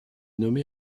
nommé